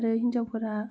आरो हिनजावफोरा